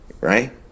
Right